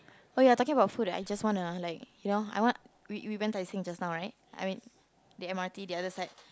oh ya talking about food right I just want to like you know I want we went went Tai-Seng just now right I mean the m_r_t the other side